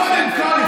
קודם כול,